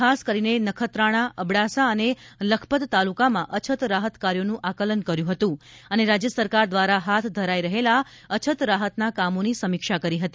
ખાસ કરીને નખત્રાણા અબડાસા અને લખપત તાલુકામાં અછત રાહત કાર્યોનું આકલન કર્યું હતું અને રાજ્ય સરકાર દ્વારા હાથ ધરાઇ રહેલા અછત રાહતના કામોની સમીક્ષા કરી હતી